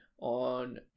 on